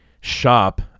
shop